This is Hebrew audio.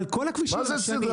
אבל כל הכבישים הם שנים.